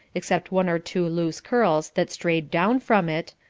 except one or two loose curls that strayed down from it,